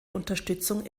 unterstützung